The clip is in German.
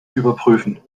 überprüfen